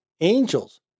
Angels